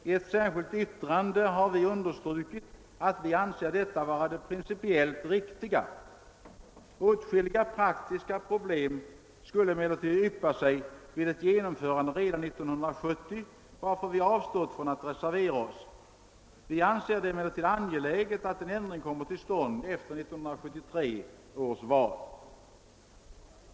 I ett särskilt yttrande har vi understrukit att vi anser detta vara det principiellt riktiga. Åtskilliga praktiska problem skulle emellertid yppa sig vid ett genomförande redan 1970, varför vi avstått från att reservera OSS. Vi anser det emellertid angeläget att en ändring kommer till stånd efter 1973 års val.